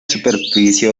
superficie